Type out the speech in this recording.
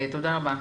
תודה רבה.